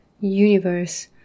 universe